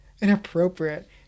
inappropriate